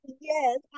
Yes